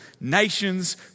Nations